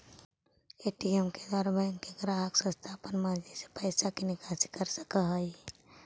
ATM के द्वारा bank के ग्राहक स्वता अपन मर्जी से पैइसा के निकासी कर सकऽ हइ